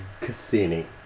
Cassini